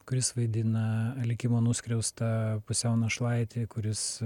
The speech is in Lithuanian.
kuris vaidina likimo nuskriaustą pusiau našlaitį kuris